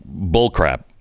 bullcrap